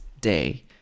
day